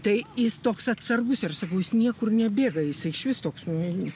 tai jis toks atsargus ir sakau jis niekur nebėga jisai išvis toks nu